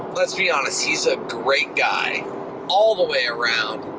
let's be honest, he's a great guy all the way around.